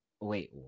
Wait